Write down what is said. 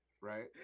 Right